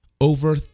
over